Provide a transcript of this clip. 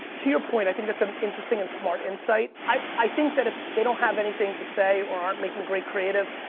to your point, i think that's an interesting and smart insight. i think that if they don't have anything to say or aren't making great creative,